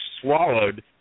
swallowed